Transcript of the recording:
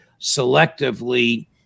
selectively